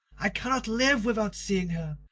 i cannot live without seeing her.